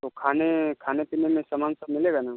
तो खाने खाने पीने में सामान सब मिलेगा ना